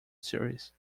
series